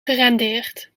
gerendeerd